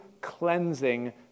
cleansing